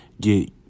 get